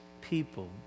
people